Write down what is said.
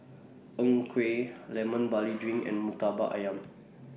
Png Kueh Lemon Barley Drink and Murtabak Ayam